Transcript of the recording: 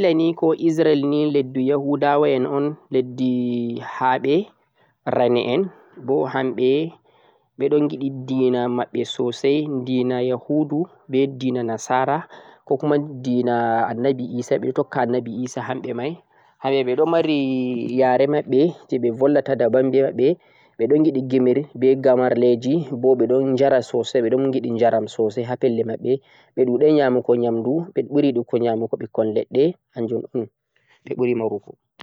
Izira'ila ni ko Israel ni leddu yahuwadawa en un, leddi ha'ɓe rane en, bo hamɓe ɓe ɗon giɗi dina maɓɓe sosai dina yahudu be dina nasara kokuma dina Annabi Isah, ɓe ɗo tokka Annabi Isah hamɓe mai, hamɓe ɓe ɗo mari yare maɓɓe vollata daban be maɓɓe, ɓe ɗon giɗi gimi, be gamarleji bo ɓe ɗon jara sosai, ɓe ɗon giɗi jaram sosai ha pelle maɓɓe, ɓe ɗuɗai nyamagu nyamdu ɓe ɓuri yiɗigo nyamugo ɓikkoi leɗɗe hanjum un ɓe ɓuri marugo.